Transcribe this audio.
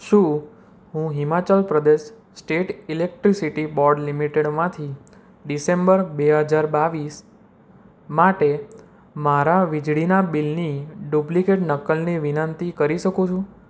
શું હું Himachal Pradesh state electricity board લિમિટેડમાંથી ડિસેમ્બર બે હજાર બાવીસ માટે મારા વીજળીના બિલની ડુપ્લિકેટ નકલની વિનંતી કરી શકું